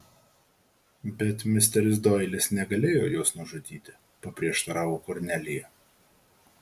bet misteris doilis negalėjo jos nužudyti paprieštaravo kornelija